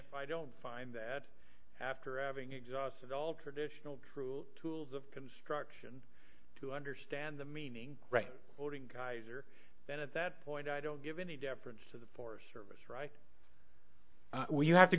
i don't find that after having exhausted all traditional truly tools of construction to understand the meaning right voting guys are then at that point i don't give any deference to the forest service right well you have to